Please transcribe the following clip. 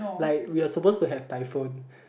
like we're suppose to have typhoon